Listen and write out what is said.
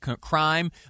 crime